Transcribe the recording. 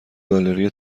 گالری